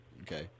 Okay